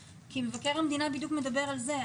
מבקר המדינה מדבר בדיוק על זה.